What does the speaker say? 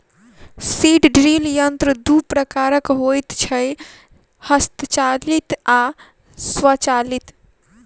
seed drill यंत्र दू प्रकारक होइत छै, हस्तचालित आ स्वचालित